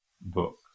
book